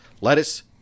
lettuce